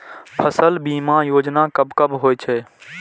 फसल बीमा योजना कब कब होय छै?